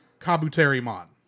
Kabuterimon